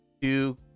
two